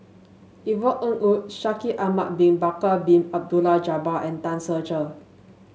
Yvonne Ng Uhde Shaikh Ahmad Bin Bakar Bin Abdullah Jabbar and Tan Ser Cher